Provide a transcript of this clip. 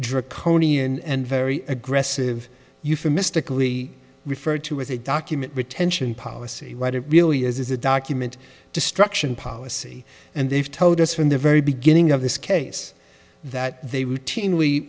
draconian and very aggressive euphemistically referred to as a document retention policy what it really is is a document destruction policy and they've told us from the very beginning of this case that they routinely